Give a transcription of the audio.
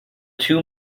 two